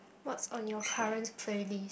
what's on your current playlist